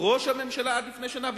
ראש הממשלה עד לפני שנה,